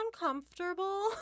uncomfortable